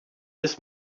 this